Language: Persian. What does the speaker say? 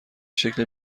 شکل